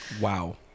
Wow